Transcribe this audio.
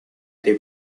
этой